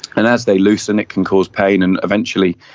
and as they loosen it can cause pain, and eventually